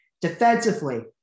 Defensively